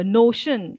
notion